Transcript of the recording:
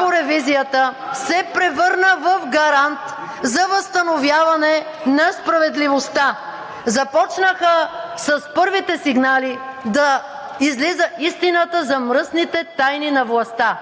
МАНОЛОВА: ...се превърна в гарант за възстановяване на справедливостта. Започнаха с първите сигнали да излиза истината за мръсните тайни на властта.